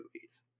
movies